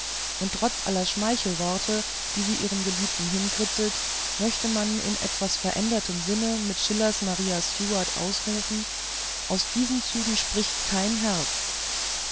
und trotz aller schmeichelworte die sie ihrem geliebten hinzirkelte möchte man in etwas verändertem sinne mit schillers maria stuart ausrufen aus diesen zügen spricht kein herz